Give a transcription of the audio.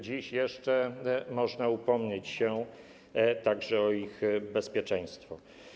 Dziś jeszcze można upomnieć się także o ich bezpieczeństwo.